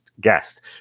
guest